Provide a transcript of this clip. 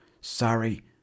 sorry